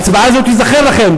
ההצבעה הזאת תיזכר לכם.